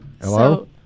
Hello